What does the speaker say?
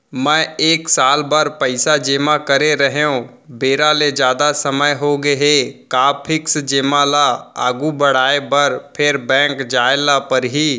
मैं एक साल बर पइसा जेमा करे रहेंव, बेरा ले जादा समय होगे हे का फिक्स जेमा ल आगू बढ़ाये बर फेर बैंक जाय ल परहि?